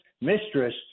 mistress